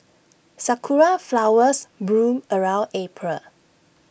Sakura Flowers bloom around April